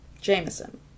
Jameson